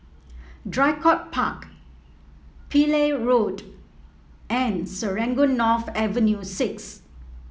Draycott Park Pillai Road and Serangoon North Avenue Six